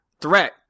threat